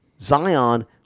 Zion